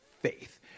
faith